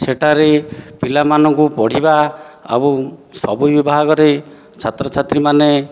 ସେଠାରେ ପିଲାମାନଙ୍କୁ ପଢ଼ିବା ଏବଂ ସବୁ ବିଭାଗରେ ଛାତ୍ରଛାତ୍ରୀ ମାନେ